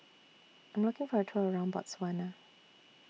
I'm looking For A Tour around Botswana